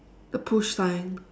the push sign